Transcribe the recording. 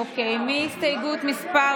אוקיי, הסתייגות מס'